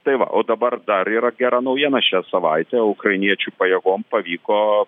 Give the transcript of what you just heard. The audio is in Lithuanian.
tai va o dabar dar yra gera naujiena šią savaitę ukrainiečių pajėgom pavyko